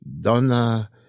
Donna